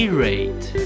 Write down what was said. rate